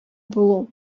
булу